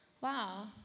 wow